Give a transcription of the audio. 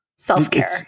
self-care